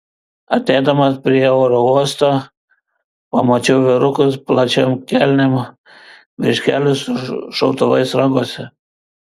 artėdamas prie oro uosto pamačiau vyrukus plačiom kelnėm virš kelių su šautuvais rankose